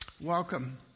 Welcome